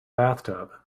bathtub